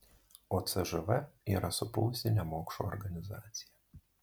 o cžv yra supuvusi nemokšų organizacija